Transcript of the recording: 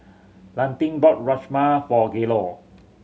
Landin bought Rajma for Gaylord